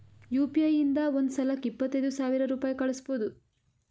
you P I ಇಂದ ಒಂದ್ ಸಲಕ್ಕ ಇಪ್ಪತ್ತೈದು ಸಾವಿರ ರುಪಾಯಿ ಕಳುಸ್ಬೋದು